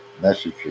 messages